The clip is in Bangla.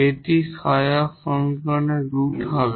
এটি অক্সিলিয়ারি সমীকরণের রুট হবে